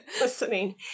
listening